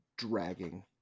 dragging